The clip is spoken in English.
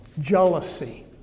Jealousy